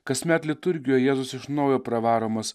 kasmet liturgijoje jėzus iš naujo pravaromas